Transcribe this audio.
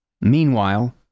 Meanwhile